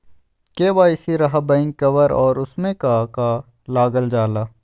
KYC रहा back cover और उसमें का का लागल जाला?